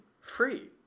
free